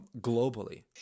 globally